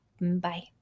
Bye